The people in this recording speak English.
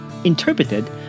interpreted